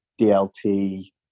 DLT